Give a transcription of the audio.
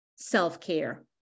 self-care